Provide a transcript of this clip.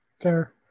Fair